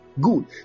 good